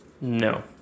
No